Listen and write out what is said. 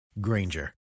Granger